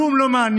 כלום לא מעניין.